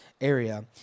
area